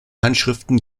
handschriften